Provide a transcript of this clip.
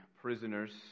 prisoners